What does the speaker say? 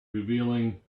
revealing